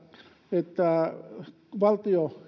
että valtio